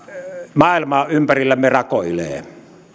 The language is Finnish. maailma ympärillämme rakoilee